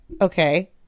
okay